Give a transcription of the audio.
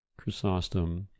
Chrysostom